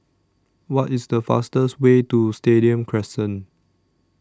What IS The fastest Way to Stadium Crescent